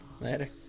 later